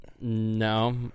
No